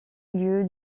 milieu